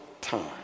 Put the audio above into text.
time